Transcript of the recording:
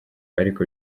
ariko